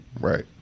right